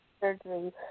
surgery